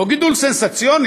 לא גידול סנסציוני,